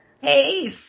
Hey